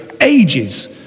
ages